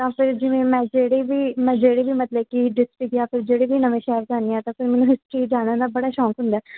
ਤਾਂ ਫਿਰ ਜਿਵੇਂ ਮੈਂ ਜਿਹੜੀ ਵੀ ਮੈਂ ਜਿਹੜੀ ਵੀ ਮਤਲਬ ਕਿ ਡਿਸਟਰਿਕਟ ਜਾਂ ਫਿਰ ਜਿਹੜੇ ਵੀ ਨਵੇਂ ਸ਼ਹਿਰ 'ਚ ਆਉਂਦੀ ਹਾਂ ਤਾਂ ਫਿਰ ਮੈਨੂੰ ਹਿਸਟਰੀ ਜਾਣਨ ਦਾ ਬੜਾ ਸ਼ੌਕ ਹੁੰਦਾ